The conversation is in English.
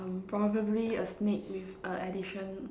um probably a snake with a addition